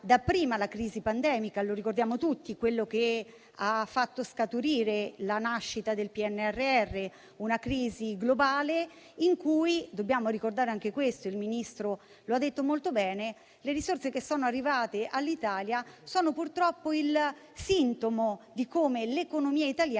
dapprima la crisi pandemica che - lo ricordiamo tutti - ha fatto scaturire la nascita del PNRR, una crisi globale in cui - dobbiamo ricordare anche questo e il Ministro lo ha detto molto bene - le risorse che sono arrivate all'Italia sono purtroppo il sintomo di come l'economia italiana